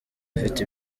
afite